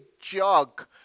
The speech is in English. jug